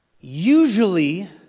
usually